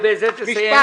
משפט ובזה תסיים.